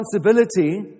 responsibility